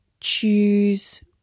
choose